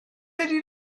ydy